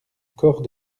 corps